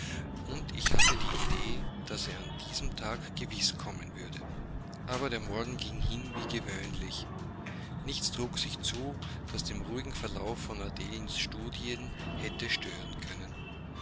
und ich hatte die idee daß er an diesem tage gewiß kommen würde aber der morgen ging hin wie gewöhnlich nichts trug sich zu das den ruhigen verlauf von adelens studien hätte stören können